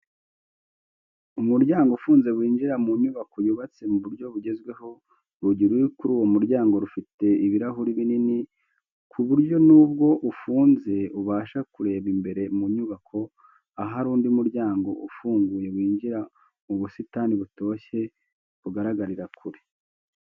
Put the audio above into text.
Umuryango ufunze winjira mu nyubako yubatse mu buryo bugezweho, urugi ruri kuri uwo muryango rufite ibirahuri binini, ku buryo nubwo ufunze ubasha kureba imbere mu nyubako ahari undi muryango ufunguye winjira mu busitani butoshye bugaragarira kure.